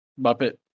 Muppet